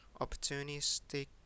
Opportunistic